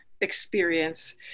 experience